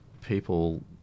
people